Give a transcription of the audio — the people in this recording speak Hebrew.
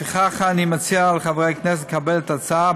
לפיכך אני מציע לחברי הכנסת לקבל את ההצעה,